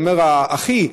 הוא אומר: אחי,